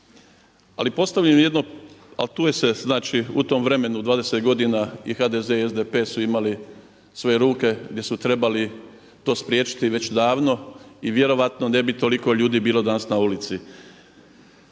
naše građane. Ali tu se znači u tom vremenu 20 godina i HDZ i SDP su imali svoje ruke gdje su trebali to spriječiti već davno i vjerojatno ne bi toliko ljudi bilo danas na ulici.